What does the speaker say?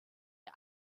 der